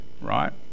right